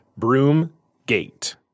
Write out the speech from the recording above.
Broomgate